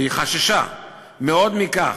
וחששה מאוד מכך,